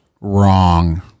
wrong